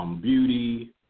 beauty